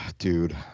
dude